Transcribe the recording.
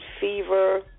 fever